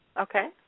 Okay